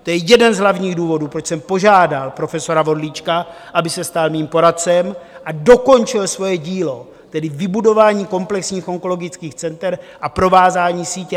To je jeden z hlavních důvodů, proč jsem požádal profesora Vorlíčka, aby se stal mým poradcem a dokončil svoje dílo, tedy vybudování komplexních onkologických center a provázání sítě.